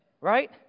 Right